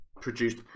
produced